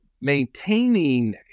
maintaining